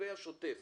לגבי השוטף